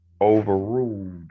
overruled